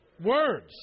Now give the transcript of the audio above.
Words